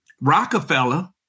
Rockefeller